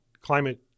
climate